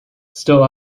still